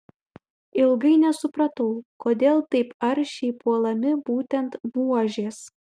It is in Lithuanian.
ilgai nesupratau kodėl taip aršiai puolami būtent buožės